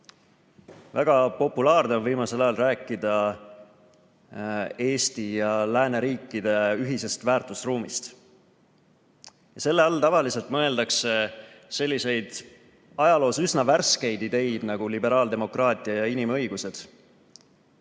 Väga populaarne on viimasel ajal rääkida Eesti ja lääneriikide ühisest väärtusruumist. Selle all mõeldakse tavaliselt selliseid ajaloos üsna värskeid ideid nagu liberaaldemokraatia ja inimõigused.